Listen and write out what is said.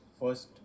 first